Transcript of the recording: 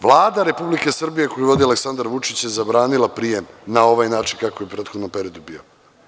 Vlada Republike Srbije koju vodi Aleksandar Vučić je zabranila prijem na ovaj način, kako je u prethodnom periodu bilo.